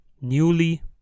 newly